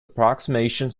approximation